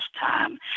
time